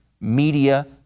media